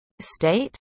state